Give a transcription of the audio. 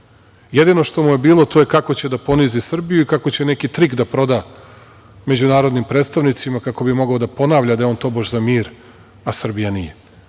Jedino što mu je bilo to je kako će da ponizi Srbiju i kako će neki trik da proda međunarodnim predstavnicima, kako bi mogao da ponavlja da je on tobože za mir, a Srbija